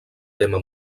tema